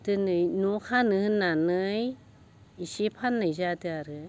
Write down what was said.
दोनै न'आव खानो होन्नानै एसे फान्नाय जादो आरो